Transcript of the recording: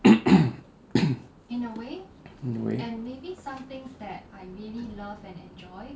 in a way